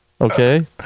Okay